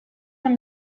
from